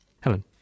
Helen